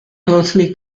closely